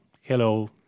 Hello